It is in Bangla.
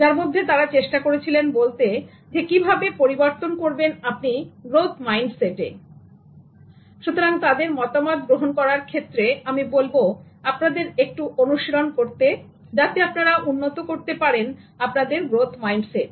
যার মধ্যে তারা চেষ্টা করেছিলেন বলতে কিভাবে পরিবর্তন করবেন আপনি গ্রোথ মাইন্ডসেট এর দিকে সুতরাং তাদের মতামত গ্রহণ করার ক্ষেত্রে আমি বলব আপনাদের একটু অনুসরণ করতে যাতে আপনারা উন্নত করতে পারেন আপনাদের গ্রোথ মাইন্ডসেট